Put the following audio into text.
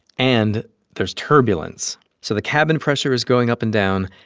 and there's turbulence, so the cabin pressure is going up and down.